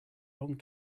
long